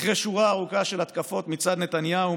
אחרי שורה ארוכה של התקפות מצד נתניהו,